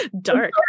Dark